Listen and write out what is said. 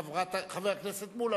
חבר הכנסת מולה,